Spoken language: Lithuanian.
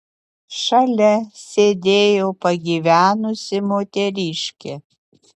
šalia sėdėjo pagyvenusi moteriškė